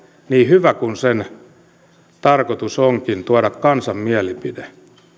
niin hyvä kuin kansalaisaloitteen tarkoitus onkin tuoda kansan mielipide